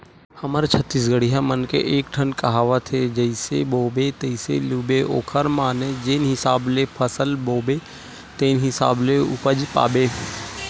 हमर छत्तीसगढ़िया मन के एकठन कहावत हे जइसे बोबे तइसने लूबे ओखर माने जेन हिसाब ले फसल बोबे तेन हिसाब ले उपज पाबे